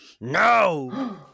No